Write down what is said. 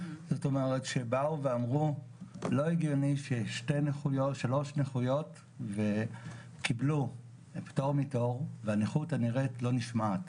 שבאו ואמרו ששלוש נכויות קיבלו פטור מתור והנכות הנראית לא נשמעת.